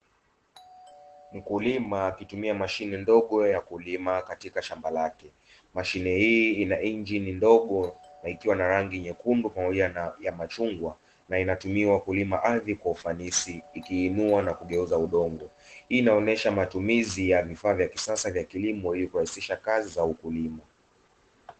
Mkulima akitumia mashine ndogo ya kulima katika shamba lake, mashine hii ina injini ndogo na ikiwa na rangi nyekundu pamoja na ya machungwa na inatumiwa kulima ardhi kwa ufanisi, ikiinua na kugeuza udongo hii inaonyesha matumizi ya vifaa vya kisasa vya kilimo.